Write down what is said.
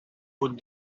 would